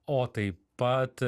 o taip pat